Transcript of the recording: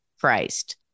Christ